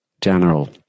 general